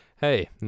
Hey